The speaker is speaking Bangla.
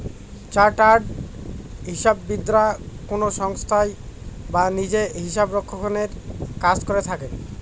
চার্টার্ড হিসাববিদরা কোনো সংস্থায় বা নিজে হিসাবরক্ষনের কাজ করে থাকেন